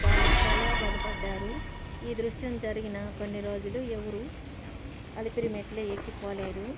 వాళ్ళు చాలా బధపడ్డారు ఈ దృశ్యం జరిగిన కొన్ని రోజులు ఎవరు అలిపిరి మెట్లు ఎక్కిపోలేదు